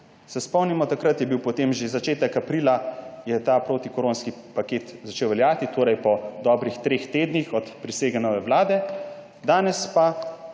Spomnimo se, takrat je potem že v začetku aprila ta protikoronski paket začel veljati, torej po dobrih treh tednih od prisege nove vlade. Danes pa